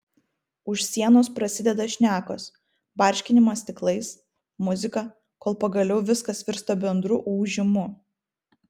už sienos prasideda šnekos barškinimas stiklais muzika kol pagaliau viskas virsta bendru ūžimu